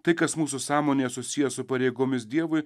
tai kas mūsų sąmonėje susiję su pareigomis dievui